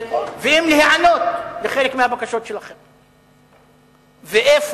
ואם להיענות לחלק מהבקשות שלכם ואיפה.